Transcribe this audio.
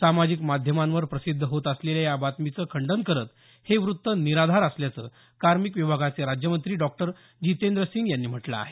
सामाजिक माध्यमांवर प्रसिद्ध होत असलेल्या या बातमीचं खंडन करत हे वृत्त निराधार असल्याचं कार्मिक विभागाचे राज्यमंत्री डॉक्टर जितेंद्रसिंग यांनी म्हटलं आहे